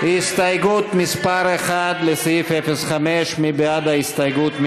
הסתייגות מס' 1 לסעיף 05, מי בעד ההסתייגות?